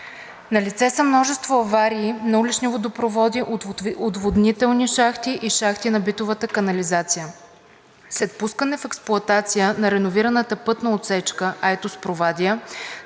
Налице са множество аварии на улични водопроводи, отводнителни шахти и шахти на битовата канализация. След пускане в експлоатация на реновираната пътна отсечка Айтос – Провадия